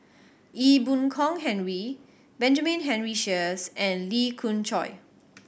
Ee Boon Kong Henry Benjamin Henry Sheares and Lee Khoon Choy